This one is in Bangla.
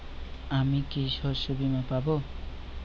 আমি কি শষ্যবীমা পাব?